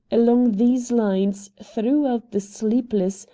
along these lines, throughout the sleepless,